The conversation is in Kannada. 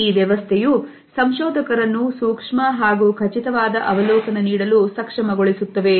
ಈ ವ್ಯವಸ್ಥೆಯು ಸಂಶೋಧಕರನ್ನು ಸೂಕ್ಷ್ಮ ಹಾಗೂ ಖಚಿತವಾದ ಅವಲೋಕನ ನೀಡಲು ಸಕ್ಷಮ ಗೊಳಿಸುತ್ತವೆ